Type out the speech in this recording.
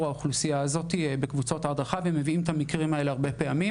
האוכלוסייה הזו בקבוצות הדרכה ומביאים הרבה פעמים